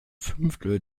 fünftel